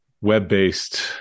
web-based